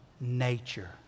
nature